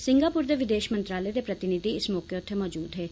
Singapore दे विदेष मंत्रालय दे प्रतिनिधि इस मौके उत्थे मौजूद हे